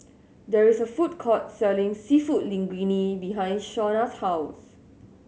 there is a food court selling Seafood Linguine behind Shawnna's house